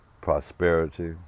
prosperity